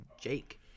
Jake